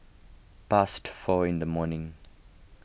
past four in the morning